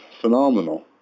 phenomenal